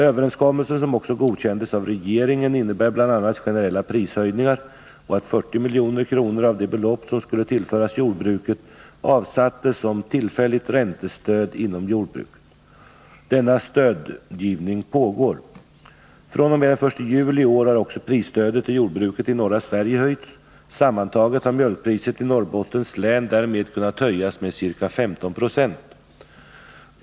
Överenskommelsen, som också godkändes av regeringen, innebär bl.a. generella prishöjningar och att 40 milj.kr. av det belopp som skulle tillföras jordbruket avsattes som tillfälligt räntestöd inom jordbruket. Denna stödgivning pågår. fr.o.m. den 1 juli i år har också prisstödet till jordbruket i norra Sverige höjts. Sammantaget har mjölkpriset i Norrbottens län därmed kunnat höjas med ca 15 2.